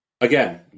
again